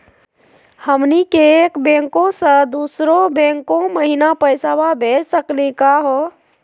हमनी के एक बैंको स दुसरो बैंको महिना पैसवा भेज सकली का हो?